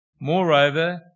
Moreover